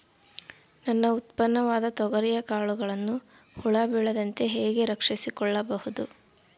ನನ್ನ ಉತ್ಪನ್ನವಾದ ತೊಗರಿಯ ಕಾಳುಗಳನ್ನು ಹುಳ ಬೇಳದಂತೆ ಹೇಗೆ ರಕ್ಷಿಸಿಕೊಳ್ಳಬಹುದು?